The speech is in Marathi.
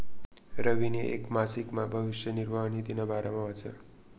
रवीनी येक मासिकमा भविष्य निर्वाह निधीना बारामा वाचं